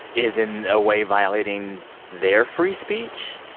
is in a way violating their free speech.